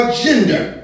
gender